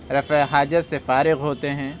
رفع حاجت سے فارغ ہوتے ہیں